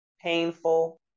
painful